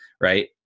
Right